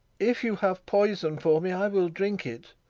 if you have poison for me, i will drink it.